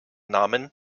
namen